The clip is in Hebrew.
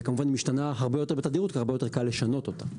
וכמובן היא משתנה הרבה יותר בתדירות כי הרבה יותר קל לשנות אותה.